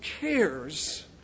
cares